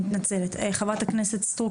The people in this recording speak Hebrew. חברת הכנסת סטרוק,